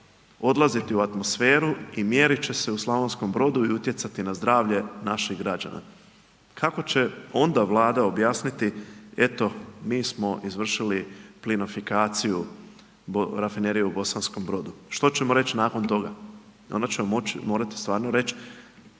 odlaziti u atmosferu i mjeriti će se u Slavonskom Brodu i utjecati na zdravlje naših građana. Kako će onda Vlada objasniti, eto, mi smo izvršili plinofikaciju, rafinerije u Bosankom Brodu. Što ćemo reći nakon toga? Onda ćemo morati stvarno reći,